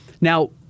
Now